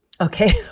Okay